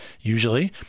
usually